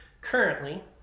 Currently